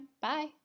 Bye